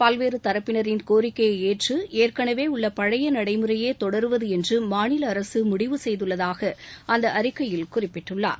பல்வேறு தரப்பினரின் கோரிக்கையை ஏற்று ஏற்களவே உள்ள பழழய நடைமுறையே தொடருவது என்று மாநில அரசு முடிவு செய்துள்ளதாக அந்த அறிக்கையில் குறிப்பிட்டுள்ளார்